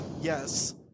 Yes